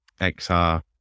XR